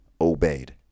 obeyed